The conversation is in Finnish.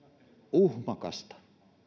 uhmakasta